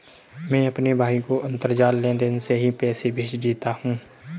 मैं अपने भाई को अंतरजाल लेनदेन से ही पैसे भेज देता हूं